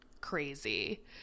crazy